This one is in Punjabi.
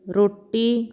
ਰੋਟੀ